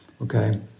Okay